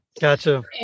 Gotcha